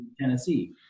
Tennessee